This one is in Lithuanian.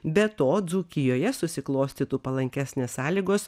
be to dzūkijoje susiklostytų palankesnės sąlygos